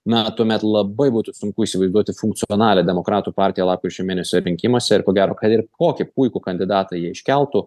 na tuomet labai būtų sunku įsivaizduoti funkcionalią demokratų partiją lapkričio mėnesio rinkimuose ir ko gero kad ir kokį puikų kandidatą jie iškeltų